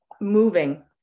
Moving